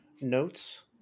notes